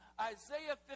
Isaiah